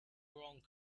wrong